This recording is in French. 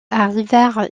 arrivèrent